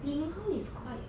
lee min ho is quite